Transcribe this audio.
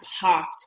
popped